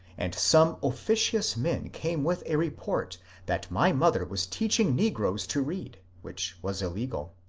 and some officious men came with a report that my mother was teaching negroes to read, which was illegal.